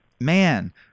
man